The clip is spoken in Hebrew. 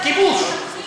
כיבוש.